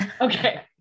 okay